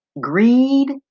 greed